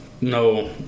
no